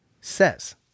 says